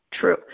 true